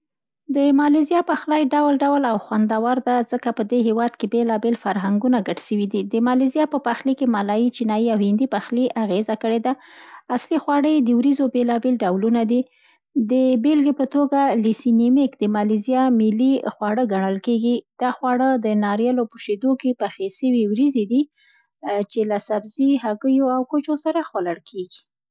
د مالیزیا پخلی ډول ډول او خوندور ده، ځکه په دې هېواد کې بېلابېل فرهنګونه ګډ سوي دي. د مالیزیا په پخلی کې مالايي، چینایي او هندي پخلي اغېزه کړې ده، اصلي خواړه یې د وریځو بیلابیل ډولونه دي. د بېلګې په توګه لیسي نېمک د مالیزیا ملي خواړه ګڼل کېږي، دا خواړه د ناریالو په شیدو کې پخې سوي وریځي دي، چي له سبزي، هګیو او کوچو سره خوړل کېږي.